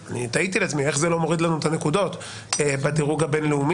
תהיתי לעצמי איך זה לא מוריד לנו את הנקודות בדירוג הבין-לאומי.